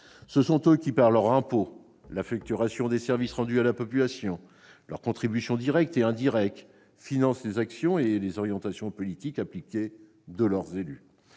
et parties. Par leurs impôts, la facturation des services rendus à la population, leur contribution directe et indirecte, ils financent les actions et les orientations politiques appliquées de leurs élus.